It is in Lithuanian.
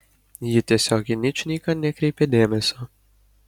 ji tiesiog į ničnieką nekreipė dėmesio